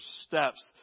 steps